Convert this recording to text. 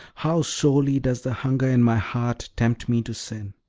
how sorely does the hunger in my heart tempt me to sin!